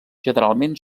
generalment